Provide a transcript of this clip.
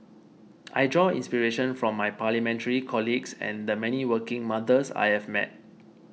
I draw inspiration from my Parliamentary colleagues and the many working mothers I have met